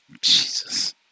Jesus